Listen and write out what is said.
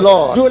Lord